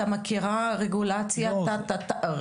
המכירה הרגולציה וכו'.